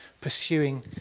pursuing